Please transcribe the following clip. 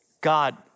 God